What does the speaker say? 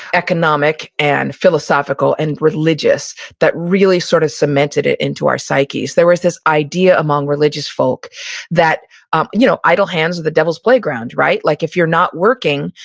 economic, and philosophical, and religious that really sort of cemented it into our psyche. so there was this idea among religious folk that um you know idle hands are the devil's playground. like if you're not working,